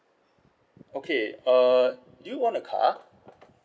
okay uh do you own a car